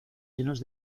llenos